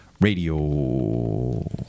Radio